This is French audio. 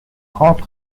trente